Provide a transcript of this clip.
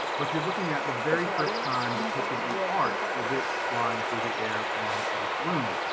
but you're looking at the very first time depicted in art, a witch flying through the air on a broom.